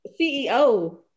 CEO